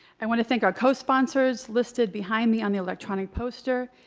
i want to thank our co-sponsors, listed behind me on the electronic poster.